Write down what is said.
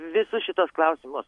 visus šituos klausimus